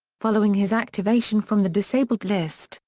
following his activation from the disabled list,